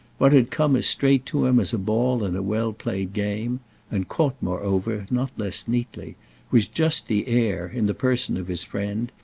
what had come as straight to him as a ball in a well-played game and caught moreover not less neatly was just the air, in the person of his friend,